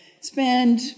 spend